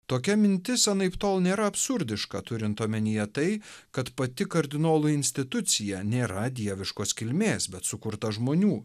tokia mintis anaiptol nėra absurdiška turint omenyje tai kad pati kardinolų institucija nėra dieviškos kilmės bet sukurta žmonių